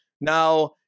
Now